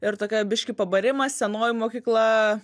ir tokia biškį pabarimas senoji mokykla